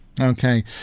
Okay